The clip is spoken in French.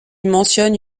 mentionne